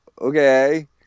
Okay